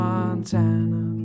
Montana